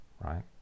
right